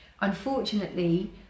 unfortunately